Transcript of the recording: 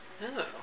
No